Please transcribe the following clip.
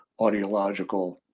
audiological